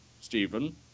Stephen